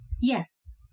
Yes